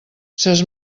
ses